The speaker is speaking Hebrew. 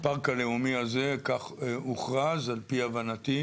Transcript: הפארק הלאומי הזה הוכרז כך, על פי הבנתי,